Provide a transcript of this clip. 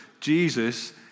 Jesus